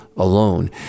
Alone